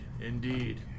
indeed